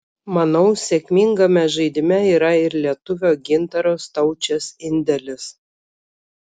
manau sėkmingame žaidime yra ir lietuvio gintaro staučės indėlis